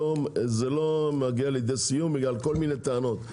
וזה לא מגיע לידי סיום בגלל כל מיני טענות.